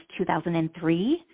2003